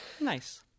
Nice